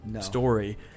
story